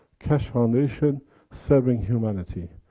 keshe foundation serving humanity,